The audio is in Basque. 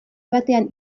batean